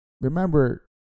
remember